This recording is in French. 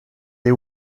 les